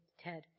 Ted